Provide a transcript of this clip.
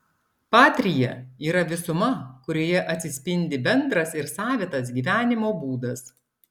patria yra visuma kurioje atsispindi bendras ir savitas gyvenimo būdas